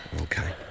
Okay